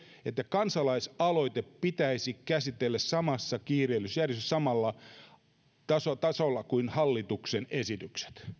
että kansalaisaloite pitäisi käsitellä samassa kiireellisyysjärjestyksessä samalla tasolla kuin hallituksen esitykset